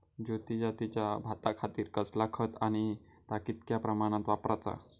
ज्योती जातीच्या भाताखातीर कसला खत आणि ता कितक्या प्रमाणात वापराचा?